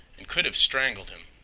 and could have strangled him.